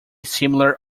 similar